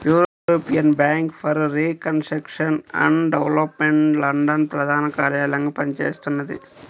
European Bank for Reconstruction and Development London ప్రధాన కార్యాలయంగా పనిచేస్తున్నది